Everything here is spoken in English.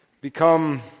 become